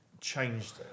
changed